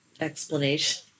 explanation